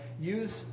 Use